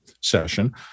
session